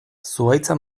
zuhaitza